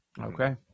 Okay